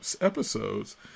episodes